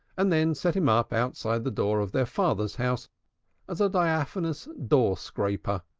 and then set him up outside the door of their father's house as a diaphanous doorscraper.